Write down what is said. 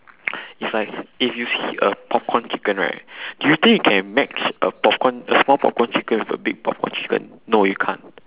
it's like if you see a popcorn chicken right do you think that you can match a popcorn a small popcorn chicken with a big popcorn chicken no you can't